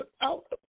out